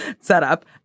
setup